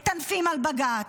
מטנפים על בג"ץ.